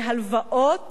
ההלוואות